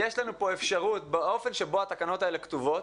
יש לנו פה אפשרות, באופן שבו התקנות האלה כתובות,